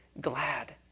glad